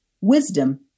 Wisdom